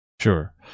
Sure